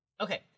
Okay